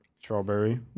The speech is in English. Strawberry